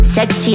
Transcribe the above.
Sexy